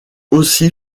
aussi